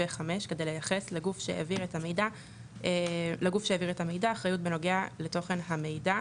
ו-(5) כדי לייחס לגוף שהעביר את המידע אחריות במנוגע לתוכן המידע.